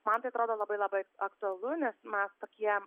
man tai atrodo labai labai aktualu nes mas tokie